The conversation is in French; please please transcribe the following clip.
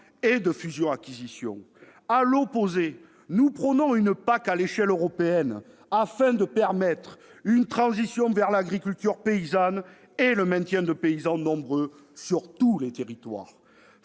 et de fusions-acquisitions. À l'opposé, nous prônons une PAC à l'échelle européenne, afin de permettre une transition vers l'agriculture paysanne et le maintien de paysans nombreux sur tous les territoires.